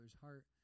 heart